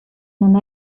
and